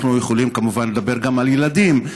אנחנו יכולים כמובן לדבר על ילדים,